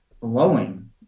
blowing